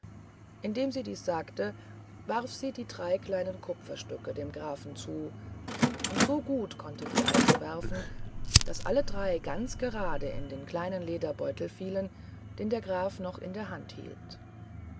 indem sie dies sagte warf sie die drei kleinen kupferstücke dem grafen zu und so gut konnte die alte werfen daß alle drei ganz gerade in den kleinen lederbeutel fielen den der graf noch in der hand hielt